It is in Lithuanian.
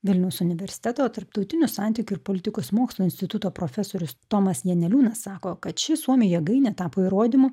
vilniaus universiteto tarptautinių santykių ir politikos mokslų instituto profesorius tomas janeliūnas sako kad ši suomių jėgainė tapo įrodymu